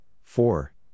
four